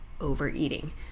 overeating